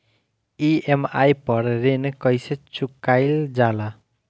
EMI पर ऋण कईसे चुकाईल जाला?